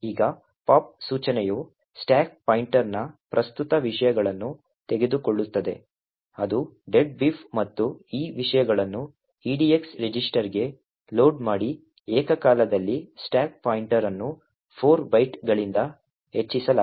ಈಗ ಪಾಪ್ ಸೂಚನೆಯು ಸ್ಟಾಕ್ ಪಾಯಿಂಟರ್ನ ಪ್ರಸ್ತುತ ವಿಷಯಗಳನ್ನು ತೆಗೆದುಕೊಳ್ಳುತ್ತದೆ ಅದು "deadbeef" ಮತ್ತು ಈ ವಿಷಯಗಳನ್ನು edx ರಿಜಿಸ್ಟರ್ಗೆ ಲೋಡ್ ಮಾಡಿ ಏಕಕಾಲದಲ್ಲಿ ಸ್ಟಾಕ್ ಪಾಯಿಂಟರ್ ಅನ್ನು 4 ಬೈಟ್ಗಳಿಂದ ಹೆಚ್ಚಿಸಲಾಗಿದೆ